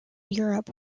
europe